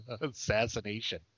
Assassination